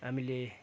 हामीले